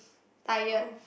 tired